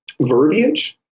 verbiage